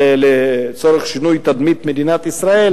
לצורך שינוי תדמית מדינת ישראל,